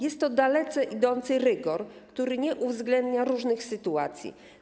Jest to daleko idący rygor, który nie uwzględnia różnych sytuacji.